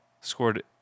scored